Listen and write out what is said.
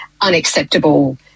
unacceptable